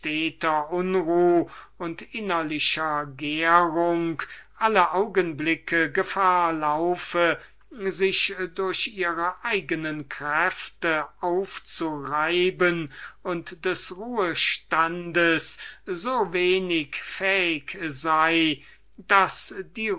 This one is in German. und innerlicher gärung alle augenblicke gefahr laufe sich durch ihre eigene kräfte aufzureiben und welche des ruhestandes so wenig fähig sei daß